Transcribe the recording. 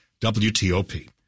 WTOP